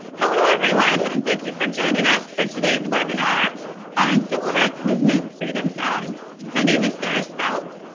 hello, everyone, and thank you for joining us for today's webinar on civil rights movement freedom songs. my name is sarah speltz,